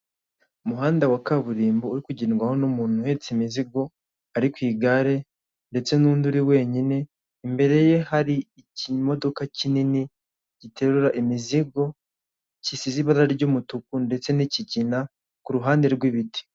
Umuhanda wa kaburimbo uri kugendwaho n'umuntu uhetse imizigo ari ku igare ndetse n'undi uri wenyine, imbere ye hari ikimodoka kinini giterura imizigo gisize ibara ry'umutuku ndetse n'ikigina ku ruhande rw'ibiti.